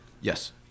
Yes